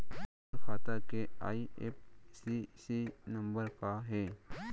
मोर खाता के IFSC number का हे?